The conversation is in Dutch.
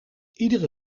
iedere